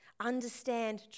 Understand